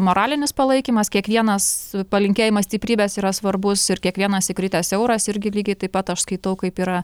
moralinis palaikymas kiekvienas palinkėjimas stiprybės yra svarbus ir kiekvienas įkritęs euras irgi lygiai taip pat aš skaitau kaip yra